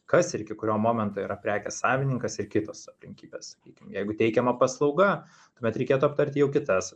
kas ir iki kurio momento yra prekės savininkas ir kitos aplinkybės sakykim jeigu teikiama paslauga tuomet reikėtų aptarti jau kitas